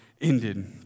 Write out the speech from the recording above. ended